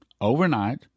overnight